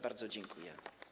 Bardzo dziękuję.